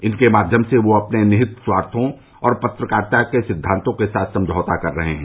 इनके माध्यम से वह अपने निहित स्वार्थों को और पत्रकारिता के सिद्वांतों के साथ समझौता कर रहे हैं